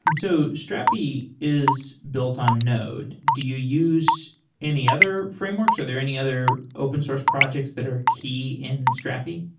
and so strapi is built on node. do you use any other frameworks? are there any other open source projects that are key in strapi?